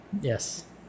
Yes